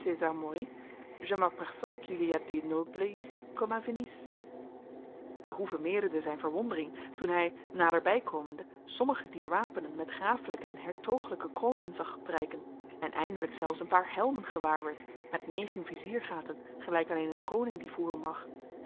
maar hoe vermeerderde zijn verwondering toen hij naderbij komende sommige dier wapenen met grafelijke en hertogelijke kronen zag prijken en eindelijk zelfs een paar helmen gewaarwerd met negen viziergaten gelijk alleen een koning die voeren